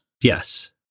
Yes